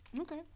okay